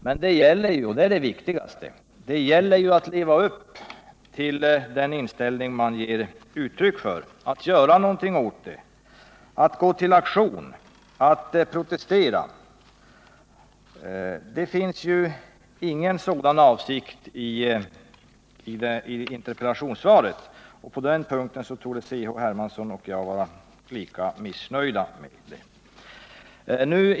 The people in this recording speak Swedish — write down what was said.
Herr talman! Jag vill bara säga till Carl-Henrik Hermansson att det jag uttryckte tillfredsställelse över i interpellationssvaret var följande formuleringar, som jag citerade: ”Tankegångarna bakom den amerikanska embargopolitiken gentemot de socialistiska länderna vad avser civila varor är helt främmande för den svenska regeringen. En fri världshandel är en oundgänglig förutsättning för en global ekonomisk utveckling och ett viktigt element för att främja relationerna mellan länder med olika samhällssystem.” Men det gäller ju, och det är det viktigaste, att leva upp till den inställning man ger uttryck för, att göra något åt saken, att gå till aktion, att protestera. Det finns ingen sådan avsikt i interpellationssvaret, och på den punkten torde Carl-Henrik Hermansson och jag vara lika missnöjda.